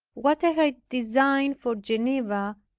what i had designed for geneva,